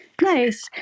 Nice